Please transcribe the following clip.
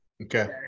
Okay